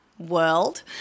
World